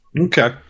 Okay